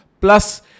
plus